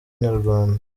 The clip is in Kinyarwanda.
nyarwanda